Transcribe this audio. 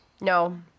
No